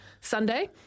Sunday